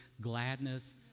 gladness